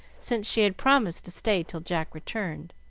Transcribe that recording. since she had promised to stay till jack returned.